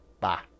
bye